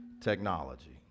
technology